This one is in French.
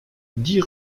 dix